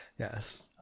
Yes